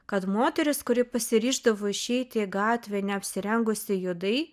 kad moteris kuri pasiryždavo išeiti į gatvę neapsirengusi juodai